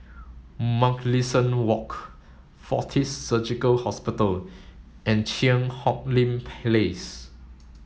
Mugliston Walk Fortis Surgical Hospital and Cheang Hong Lim Place